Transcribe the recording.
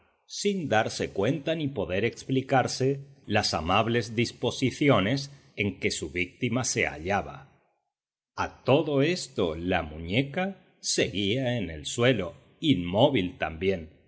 sin darse cuenta ni poder explicarse las amables disposiciones en que su víctima se hallaba a todo esto la muñeca seguía en el suelo inmóvil también